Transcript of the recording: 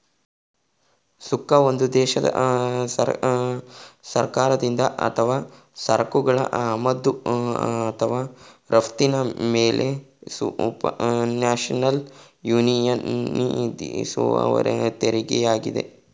ಸುಂಕ ಒಂದು ದೇಶದ ಸರ್ಕಾರದಿಂದ ಅಥವಾ ಸರಕುಗಳ ಆಮದು ಅಥವಾ ರಫ್ತಿನ ಮೇಲೆಸುಪರ್ನ್ಯಾಷನಲ್ ಯೂನಿಯನ್ವಿಧಿಸುವತೆರಿಗೆಯಾಗಿದೆ